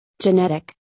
Genetic